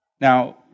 Now